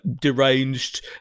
deranged